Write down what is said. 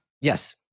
Yes